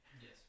Yes